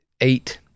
eight